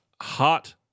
Hot